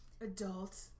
Adult